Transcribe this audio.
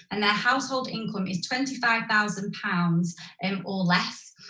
and that household income is twenty five thousand pounds and or less,